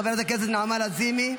חברת הכנסת נעמה לזימי,